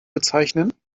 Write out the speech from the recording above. bezeichnen